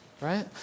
right